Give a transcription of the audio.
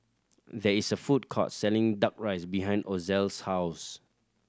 there is a food court selling Duck Rice behind Ozell's house